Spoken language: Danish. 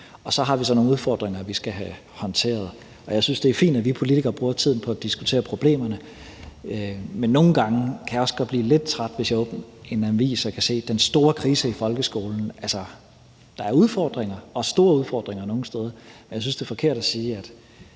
og så har vi så nogle udfordringer, vi skal have håndteret. Jeg synes, det er fint, at vi politikere bruger tiden på at diskutere problemerne, men nogle gange kan jeg også godt blive lidt træt, hvis jeg åbner en avis og kan læse om den store krise i folkeskolen. Altså, der er udfordringer og store udfordringer nogle steder, men jeg synes, det er forkert at sige, at